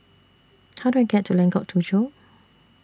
How Do I get to Lengkok Tujoh